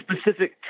specific